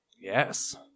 Yes